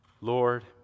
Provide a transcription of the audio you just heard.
Lord